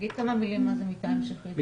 תאמר בכמה מלים מה זאת מיטה המשכית.